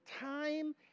time